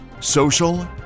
Social